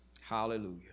Hallelujah